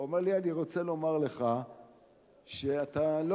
והוא אומר לי: אני רוצה לומר לך שאתה לא